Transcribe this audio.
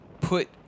put